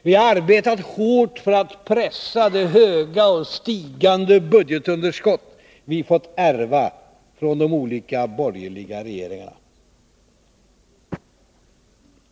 Vi har arbetat hårt för att pressa det höga och stigande budgetunderskott vi fått ärva från de olika borgerliga regeringarna.